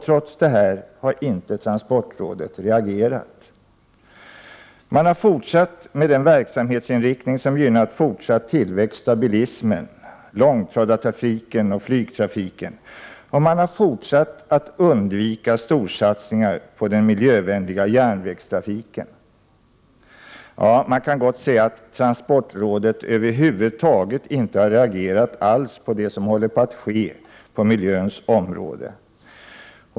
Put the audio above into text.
Trots detta har inte transportrådet reagerat. Transportrådet har fortsatt med den verksamhetsinriktning som gynnat fortsatt tillväxt av bilismen, långtradartrafiken och flygtrafiken. Man har fortsatt att undvika storsatsningar på den miljövänliga järnvägstrafiken. Ja, man kan gott säga att transportrådet över huvud taget inte har reagerat på det som håller på att ske på miljöns område.